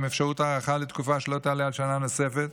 אפשרות להארכה לתקופה שלא תעלה על שנה נוספת,